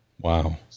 wow